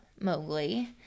Mowgli